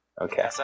Okay